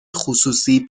خصوصی